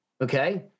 Okay